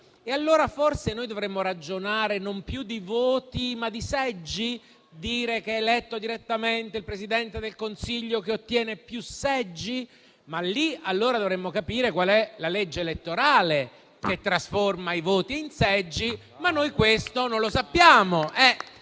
oggi? Forse, noi dovremmo ragionare non più di voti, ma di seggi? Stabilire che è eletto direttamente Presidente del Consiglio chi ottiene più seggi? Allora, però, dovremmo capire qual è la legge elettorale che trasforma i voti in seggi, ma noi questo non lo sappiamo.